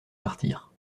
partir